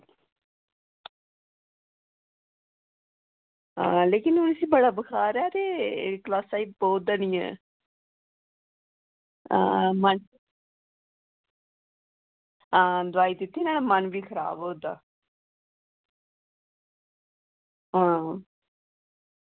हां लेकिन इसी बड़ा बुखार ऐ ते क्लासा च बोहा दा निं ऐ हां मन हां दोआई दित्ती नुहाड़ा मन बी खराब होआ दा हां